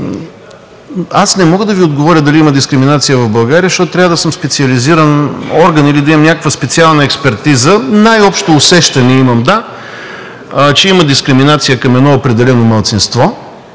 Аз не мога да Ви отговоря дали има дискриминация в България, защото трябва да съм специализиран орган или да имам някаква специална експертиза. Да, имам най-общо усещане, че има дискриминация към едно определено малцинство,